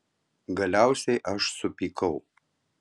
galiausiai aš supykau